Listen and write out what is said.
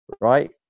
right